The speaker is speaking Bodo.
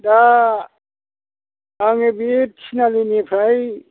दा आङो बे थिनालिनिफ्राय